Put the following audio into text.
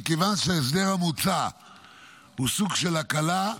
מכיוון שההסדר המוצע הוא סוג של הקלה,